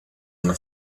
una